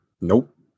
Nope